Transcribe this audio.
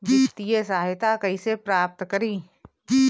वित्तीय सहायता कइसे प्राप्त करी?